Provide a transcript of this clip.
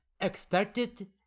expected